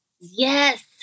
Yes